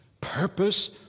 purpose